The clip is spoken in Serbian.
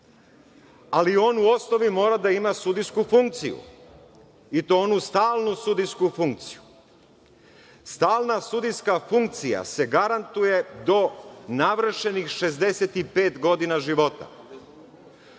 Ali, on osnovi mora da ima sudijsku funkciju i to onu stalnu sudijsku funkciju. Stalna sudijska funkcija se garantuje do navršenih 65 godina života.